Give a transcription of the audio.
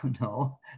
no